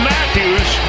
Matthews